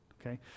Okay